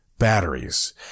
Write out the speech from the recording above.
batteries